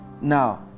Now